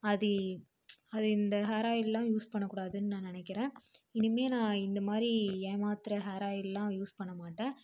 அது அது இந்த ஹேர் ஆயிலெலாம் யூஸ் பண்ணக்கூடாதுன்னு நான் நினைக்கிறேன் இனிமேல் நான் இந்தமாதிரி ஏமாத்துகிற ஹேர் ஆயிலெலாம் யூஸ் பண்ண மாட்டேன்